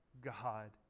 God